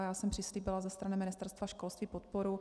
Já jsem přislíbila ze strany Ministerstva školství podporu.